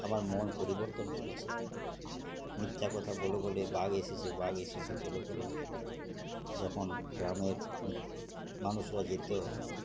আমার মন পরিবর্তন করেছে মিথ্যা কথা বলে বলে বাঘ এসেছে বাঘ এসেছে করে করে যখন গ্রামের মানুষরা যেত